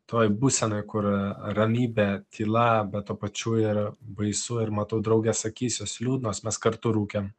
toj būsenoj kur ramybė tyla bet tuo pačiu ir baisu ir matau draugės akyse jos liūdnos mes kartu rūkėm